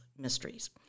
mysteries